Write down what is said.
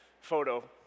photo